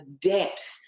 depth